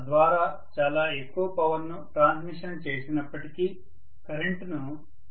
తద్వారా చాలా ఎక్కువ పవర్ ను ట్రాన్స్మిషన్ చేసినప్పటికీ కరెంటును పరిమితుల్లో ఉంచగలుగుతాను